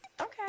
Okay